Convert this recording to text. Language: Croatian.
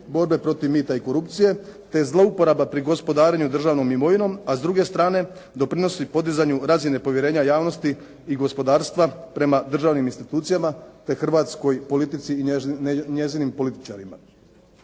borbe protiv mita i korupcije te zlouporaba pri gospodarenju državnom imovinom, a s druge strane doprinosi podizanju razine povjerenja javnosti i gospodarstva prema državnim institucijama te hrvatskoj politici i njezinim političarima.